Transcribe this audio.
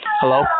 Hello